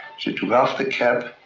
she took off the cap